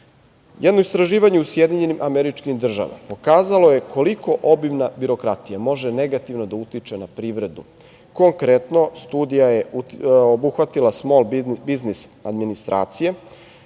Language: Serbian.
istraživanje u SAD pokazalo koliko obimna birokratija može negativno da utiče na privredu. Konkretno, studija je obuhvatila smol biznis administracije